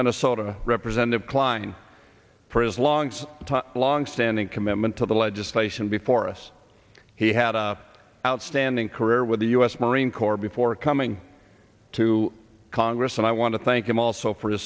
minnesota representative klein for his long time longstanding commitment to the legislation before us he had a outstanding career with the u s marine corps before coming to congress and i want to thank him also for